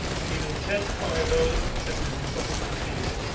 we need to intensify those as we move up the continuum.